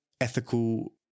ethical